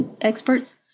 experts